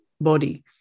body